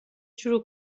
شروع